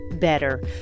better